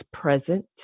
present